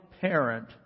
parent